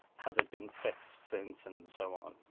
has it been fixed since and so on?